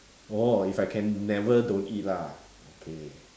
orh if I can never don't eat lah okay